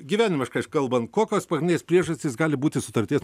gyvenimiškai kalbant kokios pagrindinės priežastys gali būti sutarties